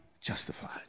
justified